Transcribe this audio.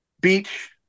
Beach